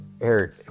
Eric